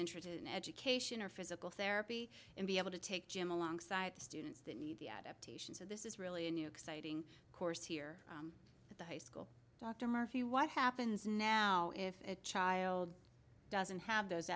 interested in education or physical therapy and be able to take gym alongside the students that need the adaptations so this is really a new exciting course here at the high school dr murphy what happens now if a child doesn't have those